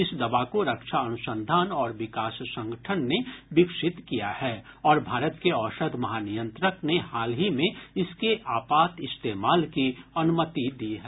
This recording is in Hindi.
इस दवा को रक्षा अनुसंधान और विकास संगठन ने विकसित किया है और भारत के औषध महानियंत्रक ने हाल ही में इसके आपात इस्तेमाल की अनुमति दी है